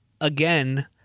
again